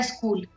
School